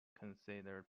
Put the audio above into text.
considered